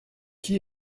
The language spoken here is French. qui